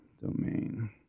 Domain